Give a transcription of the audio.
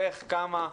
איך וכמה,